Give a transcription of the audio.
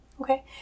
okay